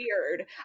weird